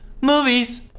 Movies